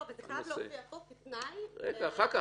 זה חייב להופיע פה כתנאי --- אחר כך,